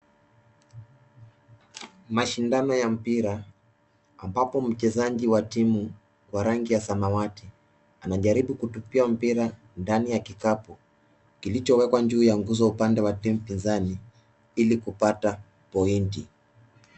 Mashindano ya mpira, ambapo mchezaji wa timu wa rangi ya samawati, anajaribu kutupia mpira ndani ya kikapo kilicho wekwa juu ya nguzo upande wa timu pinzani ili kupata ponti.